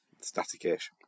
static-ish